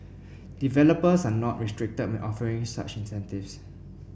developers are not restricted when offering such incentives